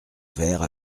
verres